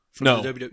No